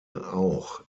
auch